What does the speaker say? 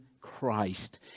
Christ